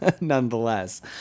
nonetheless